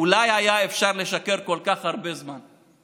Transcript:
אולי היה אפשר לשקר כל כך הרבה זמן.